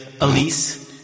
Elise